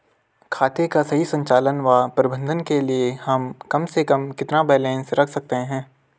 खाते का सही संचालन व प्रबंधन के लिए हम कम से कम कितना बैलेंस रख सकते हैं?